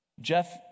Jeff